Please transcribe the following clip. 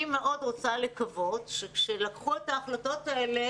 אני מאוד רוצה לקוות שכשלקחו את ההחלטות האלה